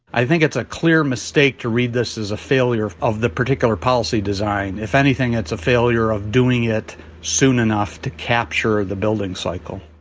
i think it's a clear mistake to read this as a failure of the particular policy design. if anything, it's a failure of doing it soon enough to capture the building cycle.